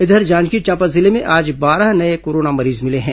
इधर जांजगीर चांपा जिले में आज बारह नये कोरोना मरीज मिले हैं